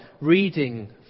reading